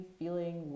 feeling